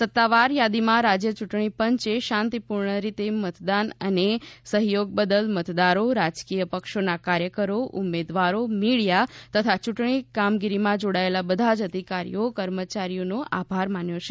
સત્તાવાર યાદીમાં રાજ્ય ચૂંટણી પંચે શાંતિપૂર્ણ રીતે મતદાન અને સહયોગ બદલ મતદારો રાજકીય પક્ષોના કાર્યકરો ઉમેદવારો મીડિયા તથા ચૂંટણી કામગીરીમાં જોડાયેલા બધાજ અધિકારીઓ કર્મચારીઓ આભાર માન્યો છે